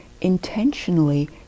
intentionally